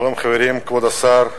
שלום, חברים, כבוד השר,